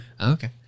Okay